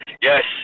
yes